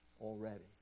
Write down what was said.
already